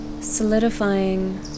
solidifying